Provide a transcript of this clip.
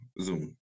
Zoom